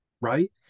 right